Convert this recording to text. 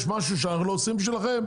יש משהו שאנחנו לא עושים בשבילכם?